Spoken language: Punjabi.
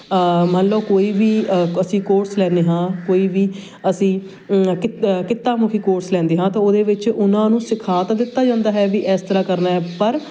ਮੰਨ ਲਓ ਕੋਈ ਵੀ ਅਸੀਂ ਕੋਰਸ ਲੈਂਦੇ ਹਾਂ ਕੋਈ ਵੀ ਅਸੀਂ ਕਿ ਕਿੱਤਾ ਮੁਖੀ ਕੋਰਸ ਲੈਂਦੇ ਹਾਂ ਤਾਂ ਉਹਦੇ ਵਿੱਚ ਉਹਨਾਂ ਨੂੰ ਸਿਖਾ ਤਾਂ ਦਿੱਤਾ ਜਾਂਦਾ ਹੈ ਵੀ ਇਸ ਤਰ੍ਹਾਂ ਕਰਨਾ ਹੈ ਪਰ